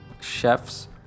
chef's